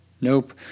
Nope